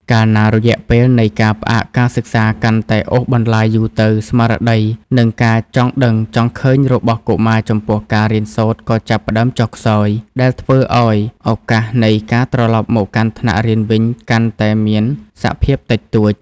កាលណារយៈពេលនៃការផ្អាកការសិក្សាកាន់តែអូសបន្លាយយូរទៅ ស្មារតី និងការចង់ដឹងចង់ឃើញរបស់កុមារចំពោះការរៀនសូត្រក៏ចាប់ផ្តើមចុះខ្សោយ ដែលធ្វើឱ្យឱកាសនៃការត្រឡប់មកកាន់ថ្នាក់រៀនវិញកាន់តែមានសភាពតិចតួច។